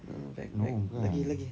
no bukan